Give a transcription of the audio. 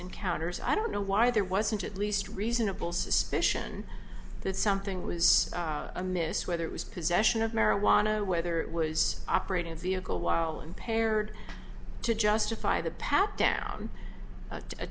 encounters i don't know why there wasn't at least reasonable suspicion that something was amiss whether it was possession of marijuana or whether it was operating a vehicle while impaired to justify the pat down